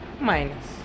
minus